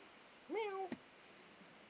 meow